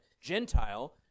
Gentile